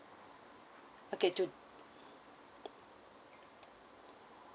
okay to~